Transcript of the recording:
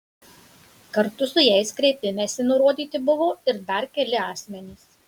kartu su jais kreipimesi nurodyti buvo ir dar keli asmenys